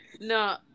no